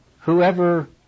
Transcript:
whoever